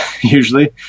usually